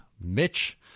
Mitch